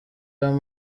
ayo